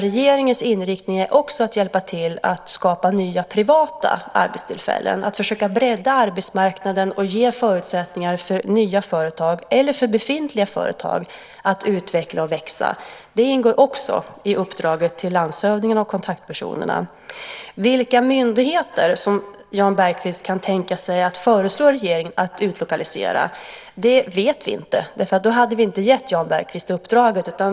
Regeringens inriktning är också att hjälpa till att skapa nya privata arbetstillfällen, att försöka bredda arbetsmarknaden och ge förutsättningar för nya företag eller för befintliga företag att utvecklas och växa. Det ingår också i uppdraget till landshövdingen och kontaktpersonerna. Vilka myndigheter som Jan Bergqvist kan tänkas föreslå regeringen att utlokalisera vet vi inte. Då hade vi inte gett Jan Bergqvist uppdraget.